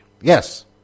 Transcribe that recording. Yes